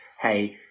hey